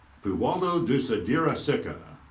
puwadol dusadeerungsikul.